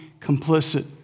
complicit